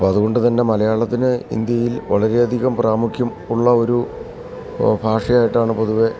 അപ്പോള് അതുകൊണ്ട് തന്നെ മലയാളത്തിന് ഇന്ത്യയിൽ വളരെയധികം പ്രാമുഖ്യമുള്ള ഒരു ഭാഷയായിട്ടാണ് പൊതുവേ